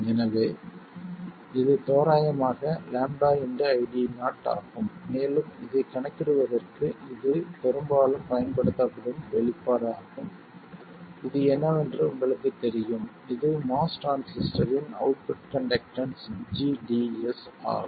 எனவே இது தோராயமாக λ ID0 ஆகும் மேலும் இதை கணக்கிடுவதற்கு இது பெரும்பாலும் பயன்படுத்தப்படும் வெளிப்பாடு ஆகும் இது என்னவென்று உங்களுக்குத் தெரியும் இது MOS டிரான்சிஸ்டரின் அவுட்புட் கண்டக்டன்ஸ் gds ஆகும்